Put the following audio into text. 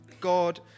God